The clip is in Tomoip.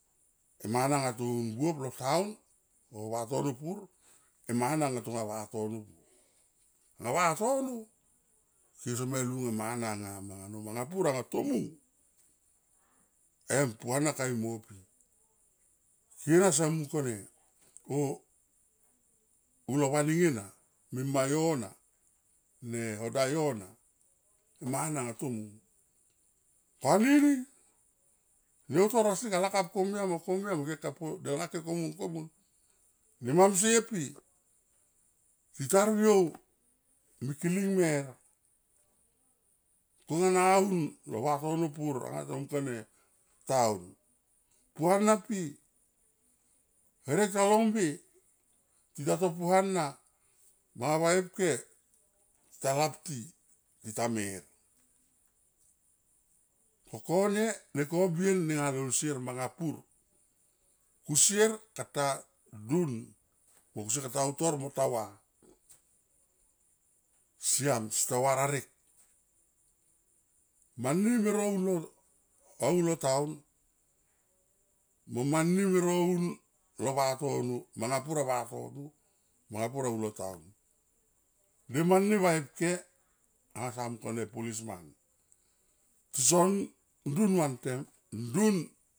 E mana nga toun buop lo town lo vatono pur e mana nga tonga vatono, anga vatono kese me lunga mana nga no manga pur anga tomung em puana kamui mo pi kena se mung kone o hulo vaning ena mima yo na ne hoda yo na e mana nga tomung, ko anini ne utor asi ga lakap komia mo komia mo ke ka po delnga ke komun, komun ne mamsie pi, tita vriou mikiling mer kona aun lo vatono pur anga ta mung kone town puana pi, herek ta long be tita, to puana manga va e pke, ta la ti tita mir. Ko kone ne kobren nenga, lo sier manga pur kusier kata dun mo kusier kata utor mo ta va siam seta va rarek mani me ro unlo, aun lo town mo mani me ro un lo vatono manga pur e vatono, manga pur e lo town. Ne mani vae pke anga sae mung kone police man tison dun vantem, ndun.